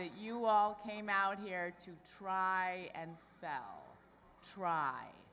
that you all came out here to try and try